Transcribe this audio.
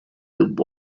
that